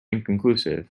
inconclusive